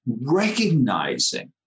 recognizing